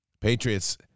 Patriots